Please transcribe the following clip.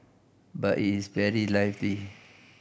but it is very lively